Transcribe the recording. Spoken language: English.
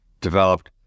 developed